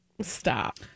Stop